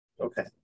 okay